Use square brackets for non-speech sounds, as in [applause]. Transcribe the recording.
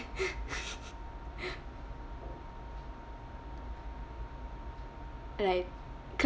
[laughs] right